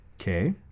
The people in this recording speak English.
Okay